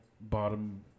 bottom